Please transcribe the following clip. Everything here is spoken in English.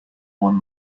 one